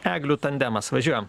eglių tandemas važiuojam